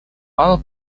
all